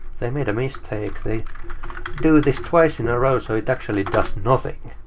they made a mistake. they do this twice in a row, so it actually does nothing.